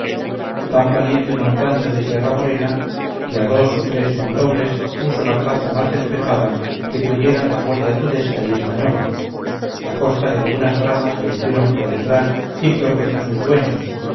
tan valiente montante de sierramorena que a dos o tres mandobles puso la plaza más despejada que pudieran la guarda tudesca y española a costa de algunas bragas que hicieron por detrás cíclopes a sus dueños